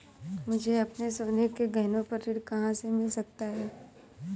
मुझे अपने सोने के गहनों पर ऋण कहाँ से मिल सकता है?